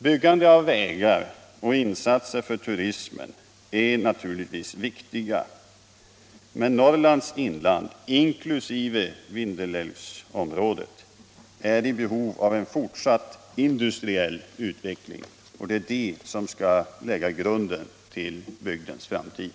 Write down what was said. Byggande av vägar och insatser för turismen är naturligtvis viktiga, men Norrlands inland inklusive Vindelälvs sysselsättnings och regionalpolitik området är i behov av en fortsatt industriell utveckling. Det är den som skall lägga grunden till bygdens framtid.